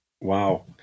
Wow